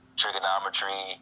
trigonometry